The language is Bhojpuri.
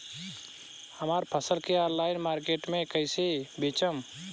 हमार फसल के ऑनलाइन मार्केट मे कैसे बेचम?